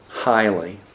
highly